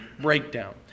breakdown